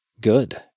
good